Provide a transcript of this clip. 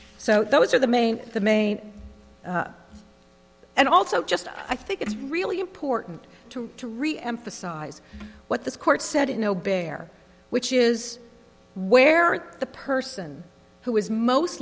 so those are the main the main and also just i think it's really important to to really emphasize what this court said in no bear which is where the person who is most